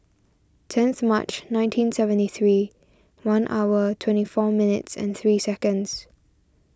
tenth March nineteen seventy three one hour twenty four minutes and three seconds